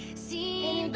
see